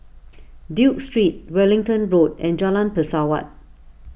Duke Street Wellington Road and Jalan Pesawat